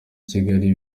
kigali